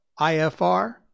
IFR